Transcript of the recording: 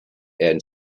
and